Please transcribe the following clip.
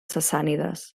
sassànides